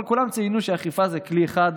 אבל כולם ציינו שאכיפה זה כלי אחד,